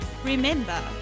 Remember